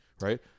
right